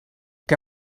què